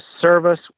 service